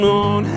on